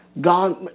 God